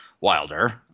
Wilder